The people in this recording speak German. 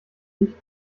licht